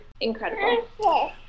incredible